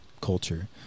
culture